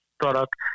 product